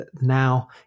now